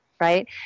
Right